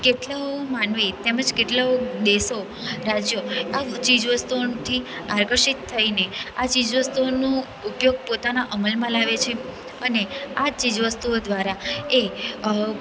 કેટલા માનવી અને કેટલા દેશો રાજ્યો આ ચીજવસ્તુઓથી આકર્ષિત થઈને આ ચીજવસ્તુઓનું ઉપયોગ પોતાના અમલમાં લાવે છે અને આ ચીજવસ્તુઓ દ્વારા એ